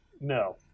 No